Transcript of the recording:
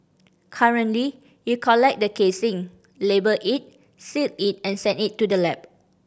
currently you collect the casing label it seal it and send it to the lab